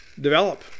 develop